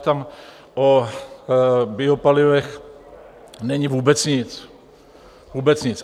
Tam o biopalivech není vůbec nic, vůbec nic.